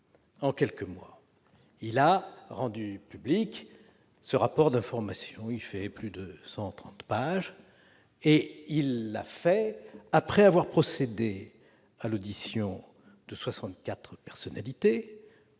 en quelques mois. Il a rendu public un rapport d'information de plus de 130 pages, après avoir procédé à l'audition de 64 personnalités-